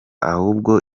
ahubwo